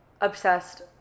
obsessed